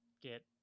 get